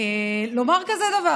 ולומר כזה דבר: